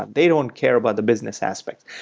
they don't care about the business aspect,